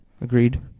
Agreed